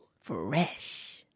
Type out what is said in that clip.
Fresh